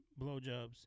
blowjobs